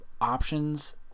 options